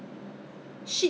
oh is it !oho!